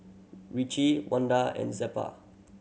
Richie Wanda and Zelpha